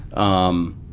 um,